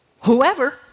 Whoever